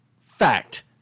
fact